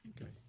Okay